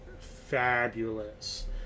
fabulous